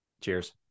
cheers